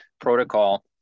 protocol